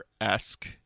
esque